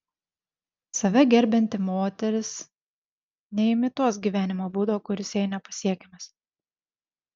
save gerbianti moteris neimituos gyvenimo būdo kuris jai nepasiekiamas